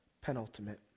penultimate